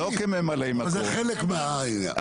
אבל זה חלק מהעניין.